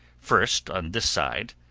first on this side,